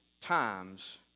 Times